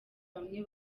bamwe